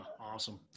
awesome